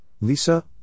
Lisa